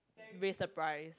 raise the price